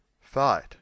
fight